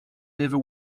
never